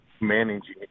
managing